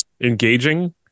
engaging